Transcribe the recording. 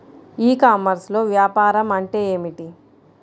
ఈ కామర్స్లో వ్యాపారం అంటే ఏమిటి?